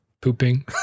pooping